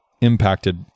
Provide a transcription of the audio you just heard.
impacted